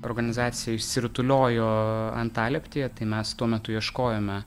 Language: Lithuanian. organizacija išsirutuliojo antalieptėje tai mes tuo metu ieškojome